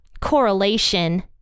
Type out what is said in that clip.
correlation